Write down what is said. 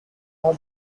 all